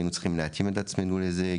היינו צריכים להתאים את עצמנו לזה,